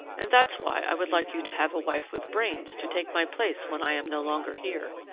and that's why i would like you to have a wife with brains to take my place when i am no longer here.